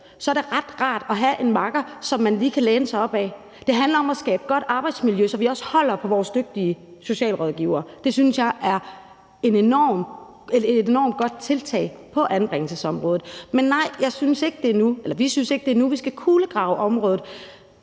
Så er det ret rart at have en makker, som man lige kan læne sig op ad. Det handler om at skabe et godt arbejdsmiljø, så vi også holder på vores dygtige socialrådgivere. Det synes jeg er et enormt godt tiltag på anbringelsesområdet. Men nej, vi synes ikke, det er nu, at vi skal kulegrave området.